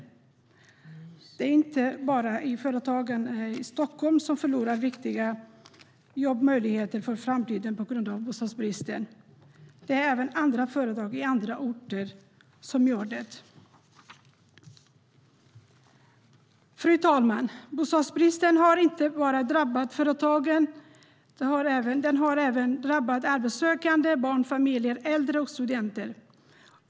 Och det är inte bara företagen i Stockholm som förlorar viktiga jobbmöjligheter för framtiden på grund av bostadsbristen - även företag på andra orter gör det. Fru talman! Bostadsbristen har inte bara drabbat företagen. Den har även drabbat arbetssökande, barnfamiljer, äldre och studenter.